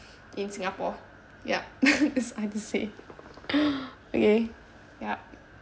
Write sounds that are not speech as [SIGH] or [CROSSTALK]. in singapore yup [LAUGHS] these [NOISE] okay yup